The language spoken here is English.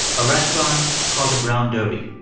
a restaurant called the brown derby.